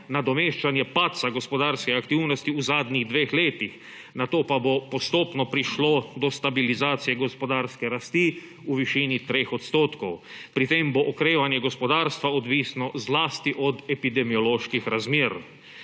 nadomeščanje padca gospodarske aktivnosti v zadnjih dveh letih, nato pa bo postopno prišlo do stabilizacije gospodarske rasti v višin 3 %. Pri tem bo okrevanje gospodarstva odvisno zlasti od epidemioloških razmer.